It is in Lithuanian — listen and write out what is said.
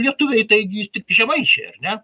lietuviai taigi tik žemaičiai ar ne